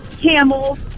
Camel